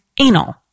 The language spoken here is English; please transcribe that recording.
anal